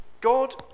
God